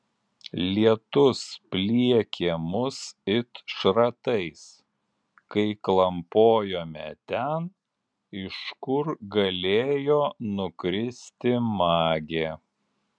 lietus pliekė mus it šratais kai klampojome ten iš kur galėjo nukristi magė